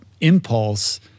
impulse